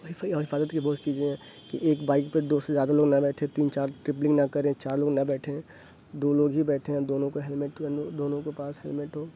اور حفاظت کی بہت سی چیزیں ہیں کہ ایک بائک پہ دو سے زیادہ لوگ نہ بیٹھے تین چار ٹرپلنگ نہ کریں چار لوگ نہ بیٹھیں دو لوگ ہی بیٹھیں اور دونوں کو ہیلمیٹ یعنی دونوں کے پاس ہیلمیٹ ہو